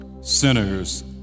Sinners